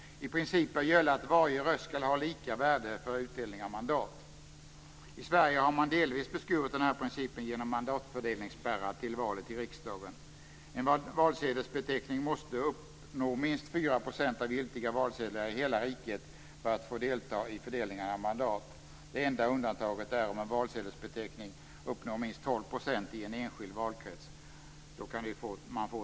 I princip bör gälla att varje röst ska ha lika värde för utdelning av mandat. I Sverige har man delvis beskurit denna princip genom mandatfördelningsspärrar i valet till riksdagen. En valsedelsbeteckning måste uppnå minst 4 % av giltiga valsedlar i hela riket för att få delta i fördelningen av mandaten. Det enda undantaget är om en valsedelsbeteckning uppnår minst 12 % i en enskild valkrets. Då kan mandat erhållas där.